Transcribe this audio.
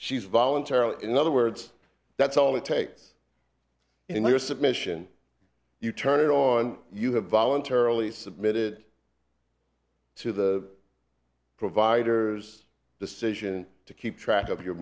she's voluntarily in other words that's all it takes in your submission you turn it on you have voluntarily submitted to the providers decision to keep track of your